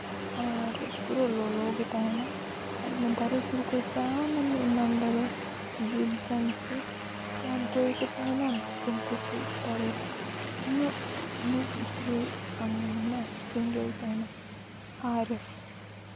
ᱟᱨ ᱯᱩᱨᱟᱹ ᱞᱚᱞᱚ ᱜᱮ ᱛᱟᱦᱮᱱᱟ ᱟᱨ ᱚᱱᱟ ᱫᱟᱨᱮ ᱥᱩᱨ ᱠᱚᱨᱮ ᱡᱟᱦᱟᱱᱟᱜ ᱜᱮ ᱮᱢᱟᱱ ᱫᱟᱨᱮ ᱡᱤᱵᱽᱼᱡᱚᱱᱛᱩ ᱡᱟᱦᱟᱱ ᱠᱚᱜᱮ ᱠᱚ ᱛᱟᱦᱮᱱᱟ ᱩᱱᱠᱩ ᱠᱚᱦᱚᱸ ᱠᱚ ᱜᱚᱡ ᱫᱟᱲᱮᱭᱟᱜᱼᱟ ᱩᱱᱟᱹᱜ ᱩᱱᱟᱹᱜ ᱡᱳᱨ ᱢᱟᱱᱮ ᱥᱮᱸᱜᱮᱞ ᱛᱟᱦᱮᱱᱟ ᱟᱨ